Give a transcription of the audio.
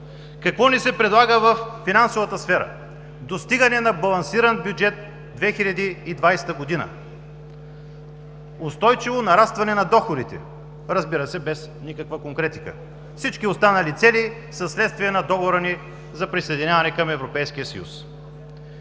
Какво ни се предлага във финансовата сфера? Достигане на балансиран бюджет 2020 г.; устойчиво нарастване на доходите, разбира се, без никаква конкретика. Всички останали цели са следствие на договора ни за присъединяване към Европейския съюз.